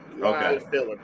Okay